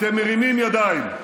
אתם מרימים ידיים.